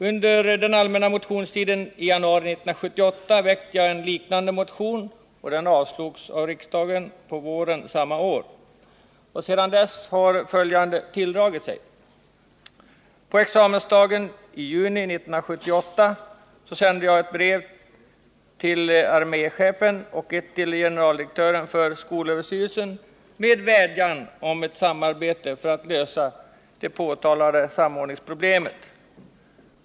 Under den allmänna motionstiden i januari 1978 väckte jag en liknande motion, som avslogs av riksdagen på våren samma år. Sedan dess har följande tilldragit sig: På examensdagen i juni 1978 sände jag brev till arméchefen och generaldirektören för skolöverstyrelsen med vädjan om ett samarbete för att lösa det påtalade samordningsproblemet.